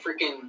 freaking